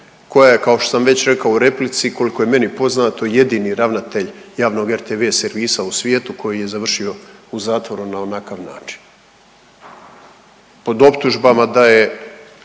koja je kao što sam već rekao u replici koliko je meni poznato jedini ravnatelj javnog RTV servisa u svijetu koji je završio u zatvoru na onakav način pod optužbama da je